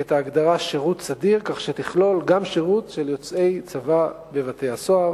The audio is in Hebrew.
את ההגדרה "שירות סדיר" כך שתכלול גם שירות של יוצאי צבא בבתי-הסוהר.